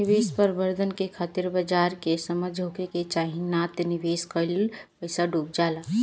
निवेश प्रबंधन के खातिर बाजार के समझ होखे के चाही नात निवेश कईल पईसा डुब जाला